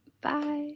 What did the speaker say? Bye